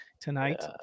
tonight